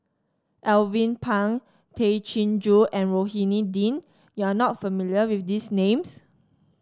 Alvin Pang Tay Chin Joo and Rohani Din you are not familiar with these names